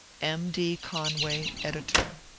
m. d. conway, editor.